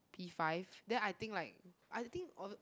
P five then I think like I think